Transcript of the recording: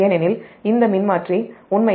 ஏனெனில் இந்த மின்மாற்றி உண்மையில் 10